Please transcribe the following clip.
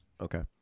Okay